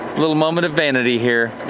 little moment of vanity here.